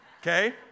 okay